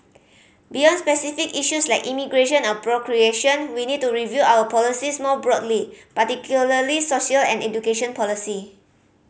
beyond specific issues like immigration and procreation we need to review our policies more broadly particularly social and education policy